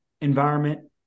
environment